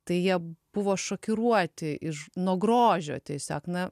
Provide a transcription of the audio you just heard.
tai jie buvo šokiruoti iš nuo grožio tiesiog na